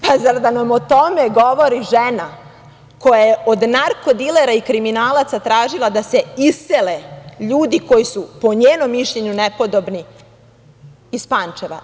Pa, zar da nam o tome govori žena, koja je od narkodilera i kriminalaca tražila da se isele ljudi koji su, po njenom mišljenju, nepodobni iz Pančeva.